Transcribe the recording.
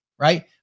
right